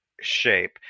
shape